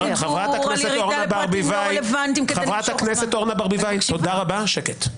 חברת הכנסת אורנה ברביבאי, טלי כבר יצאה פעם אחת.